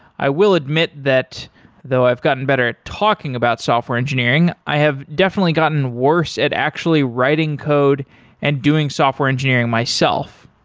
i will admit that though i've gotten better at talking about software engineering, i have definitely gotten worse at actually writing code and doing software engineering myself.